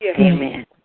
amen